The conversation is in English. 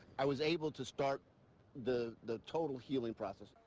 i was able to start the the total healing process.